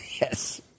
Yes